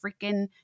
freaking